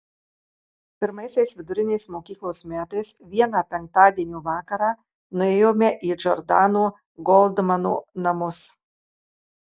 pirmaisiais vidurinės mokyklos metais vieną penktadienio vakarą nuėjome į džordano goldmano namus